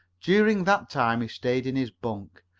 during that time he stayed in his bunk,